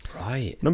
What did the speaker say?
Right